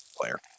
player